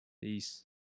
Peace